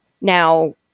Now